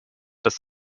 dass